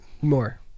More